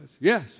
Yes